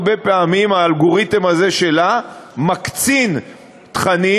הרבה פעמים האלגוריתם הזה שלה מקצין תכנים